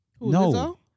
No